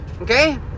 okay